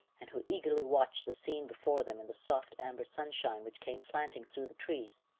and who eagerly watched the scene before them in the soft, amber sunshine which came slanting through the trees.